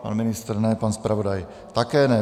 Pan ministr ne, pan zpravodaj také ne.